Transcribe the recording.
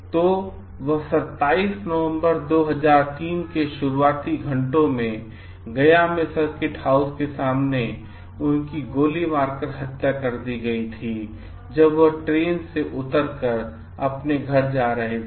तो वह 27 नवंबर 2003 के शुरुआती घंटों में गया में सर्किट हाउस के सामने उनकी गोली मारकर हत्या कर दी गयी थी जब वह ट्रैन से उतर कर अपने घर जा रहे थे